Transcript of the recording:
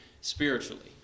spiritually